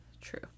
True